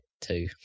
two